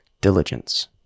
diligence